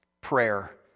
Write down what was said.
prayer